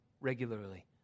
regularly